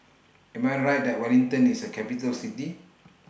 Am I Right that Wellington IS A Capital City